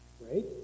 right